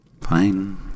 Fine